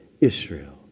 Israel